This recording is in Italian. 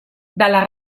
dalla